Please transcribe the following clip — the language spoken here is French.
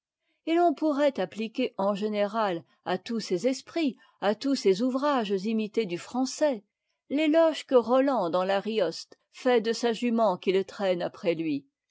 et l'on pourrait appliquer en général à tous ces esprits à tous ces ouvrages imités du français l'éloge que roland dans l'a rioste fait de sa jument qu'il traîne après lui